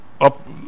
up